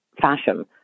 fashion